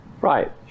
right